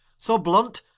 so blunt,